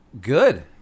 Good